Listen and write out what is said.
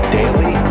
daily